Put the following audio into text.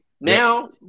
Now